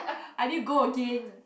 I need go again